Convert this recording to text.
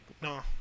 no